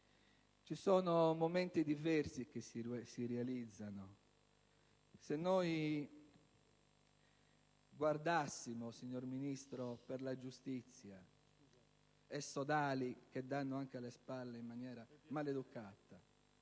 ci sono momenti diversi che si realizzano. Se guardassimo, signor Ministro della giustizia, e sodali, che danno anche le spalle in maniera maleducata,